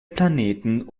planeten